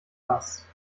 was